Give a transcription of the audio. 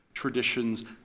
traditions